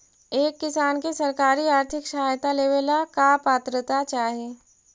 एक किसान के सरकारी आर्थिक सहायता लेवेला का पात्रता चाही?